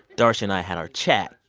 d'arcy and i had our chat.